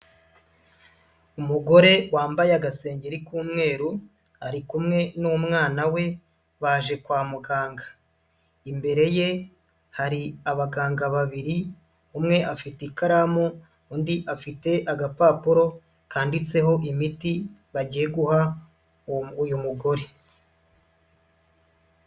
Umugore wambaye agasengeri k'umweru ari kumwe n'umwana we baje kwa muganga, imbere ye hari abaganga babiri umwe afite ikaramu, undi afite agapapuro kanditseho imiti bagiye guha uwo uyu mugore.